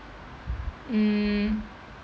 mm